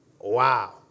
Wow